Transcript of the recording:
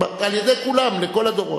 על-ידי כולם, לכל הדורות.